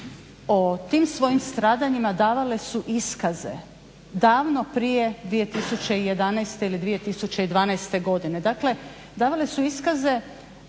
o tim svojim stradanjima davale su iskaze davno prije 2011. ili 2012. godine, dakle davale su iskaze